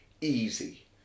Easy